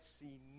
see